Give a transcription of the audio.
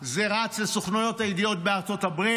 זה רץ לסוכנויות הידיעות בארצות הברית,